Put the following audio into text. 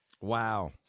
Wow